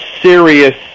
serious